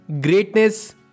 greatness